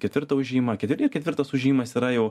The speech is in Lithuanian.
ketvirtą užėjimą ir ketvirtas užėjimas yra jau